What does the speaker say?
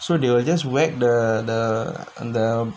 so they will just whack the the the